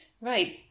Right